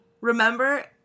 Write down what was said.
Remember